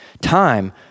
time